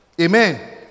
Amen